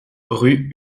rue